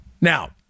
Now